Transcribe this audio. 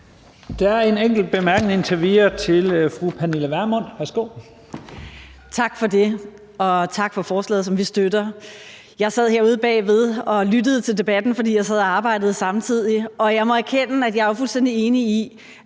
Pernille Vermund. Værsgo. Kl. 11:31 Pernille Vermund (NB): Tak for det, og tak for forslaget, som vi støtter. Jeg sad herude bagved og lyttede til debatten, fordi jeg sad og arbejdede samtidig, og jeg må erkende, at jeg er fuldstændig enig i,